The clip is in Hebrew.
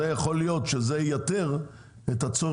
זה יכול להיות שזה ייתר את הצורך